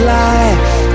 life